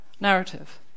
narrative